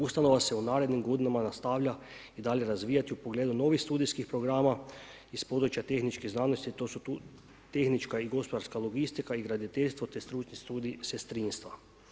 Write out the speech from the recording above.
Ustanova se u narednim godinama nastavlja i dalje razvijati u pogledu novih studijskih programa iz područja tehničke znanosti, to su tehnička i gospodarska logistika i graditeljstvo te stručni studij sestrinstva.